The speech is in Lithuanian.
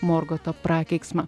morgoto prakeiksmą